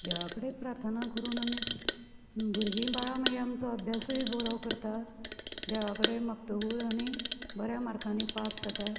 देवा कडेन प्रार्थना करून आमी भुरगीं बाळां मागीर आमचो अभ्यासूय बरो करता देवा कडेन मागतगूर आनी बऱ्या मार्कांनी पास जाता